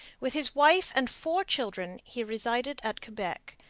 with his wife and four children he resided at quebec,